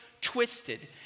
twisted